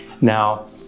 Now